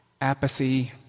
apathy